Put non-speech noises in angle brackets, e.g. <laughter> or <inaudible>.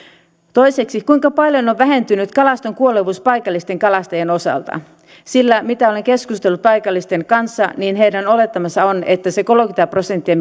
toiseksi kuinka paljon on vähentynyt kalaston kuolevuus paikallisten kalastajien osalta mitä olen keskustellut paikallisten kanssa niin heidän olettamansa on että se tulee olemaan sitä kolmeakymmentä prosenttia <unintelligible>